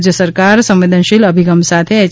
રાજ્ય સરકાર સંવેદનશીલ અભિગમ સાથે એચ